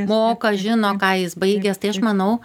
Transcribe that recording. moka žino ką jis baigęs tai aš manau